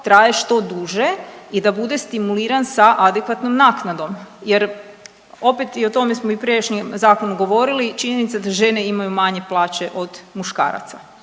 traje što duže i da bude stimuliran sa adekvatnom naknadom jer opet, o tome smo i u prijašnjem zakonu govorili i činjenica je da žene imaju manje plaće od muškaraca,